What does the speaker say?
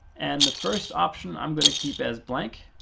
and the first option i'm going to keep as blank.